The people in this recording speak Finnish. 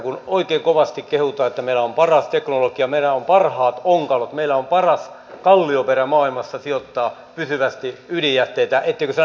kun oikein kovasti kehutaan että meillä on paras teknologia meillä on parhaat onkalot meillä on paras kallioperä maailmassa sijoittaa pysyvästi ydinjätteitä uskon että sellainen kysymys herää